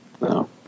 No